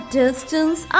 distance